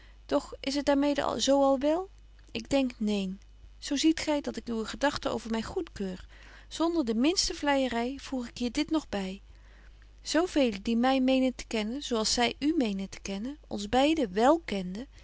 doch is het daar mede zo al wel ik denk neen zo ziet gy dat ik uwe gedagten over my goedkeur zonder de minste vleijery voeg ik hier dit nog by zo velen die betje wolff en aagje deken historie van mejuffrouw sara burgerhart my menen te kennen zo als zy u menen te kennen ons beiden wél kenden